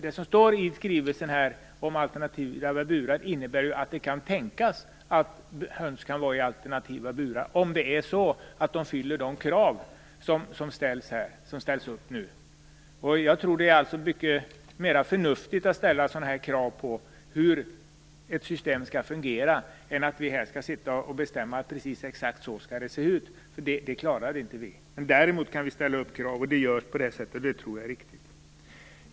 Det som står i skrivelsen om alternativa burar innebär att det kan tänkas att höns kan vara i alternativa burar om desa uppfyller de krav som ställs. Jag tror att det är mycket mer förnuftigt att ställa krav på hur ett system skall fungera än att vi här skall sitta och bestämma exakt hur det skall se ut. Det klarar vi inte. Däremot kan vi ställa upp krav, och det görs på det här sättet. Det tror jag är viktigt.